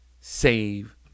save